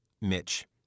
Mitch